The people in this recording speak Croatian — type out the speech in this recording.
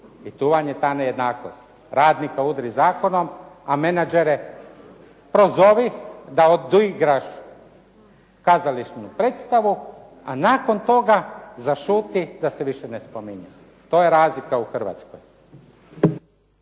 I tu vam je ta nejednakost. Radnika udri zakonom, a menadžere prozovi da odigraš kazališnu predstavu, a nakon toga zašuti da se više ne spominje. To je razlika u Hrvatskoj.